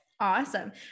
Awesome